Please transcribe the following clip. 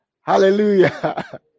Hallelujah